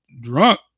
drunk